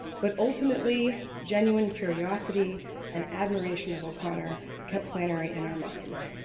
but ultimately genuine curiosity and admiration of o'connor kept flannery in our minds.